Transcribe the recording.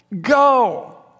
Go